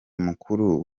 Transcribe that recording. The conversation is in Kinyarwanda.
mukuru